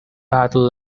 battle